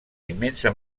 immensa